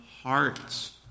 hearts